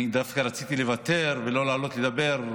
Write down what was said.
אני דווקא רציתי לוותר ולא לעלות לדבר,